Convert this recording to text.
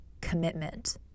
commitment